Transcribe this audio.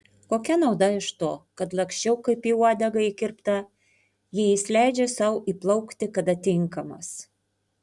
kokia nauda iš to kad laksčiau kaip į uodegą įkirpta jei jis leidžia sau įplaukti kada tinkamas